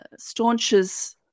staunches